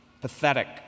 pathetic